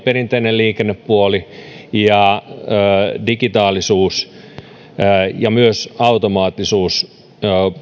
perinteinen liikennepuoli ja digitaalisuus ja myös automaattisuus